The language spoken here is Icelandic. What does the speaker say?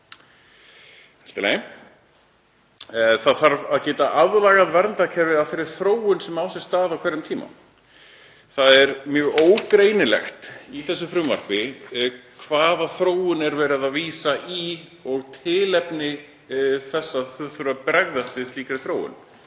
Það þarf að geta „aðlagað verndarkerfið að þeirri þróun sem á sér stað á hverjum tíma“. Það er mjög ógreinilegt í þessu frumvarpi hvaða þróun er verið að vísa í og tilefni þess að það þurfi að bregðast við slíkri þróun.